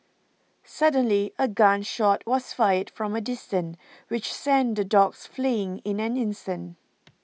suddenly a gun shot was fired from a distance which sent the dogs fleeing in an instant